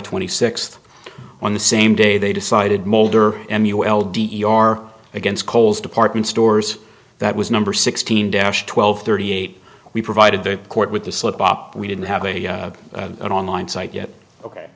twenty sixth on the same day they decided mulder m u l d e r against kohl's department stores that was number sixteen dash twelve thirty eight we provided the court with the slip up we didn't have an online site yet ok